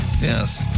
Yes